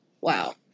wow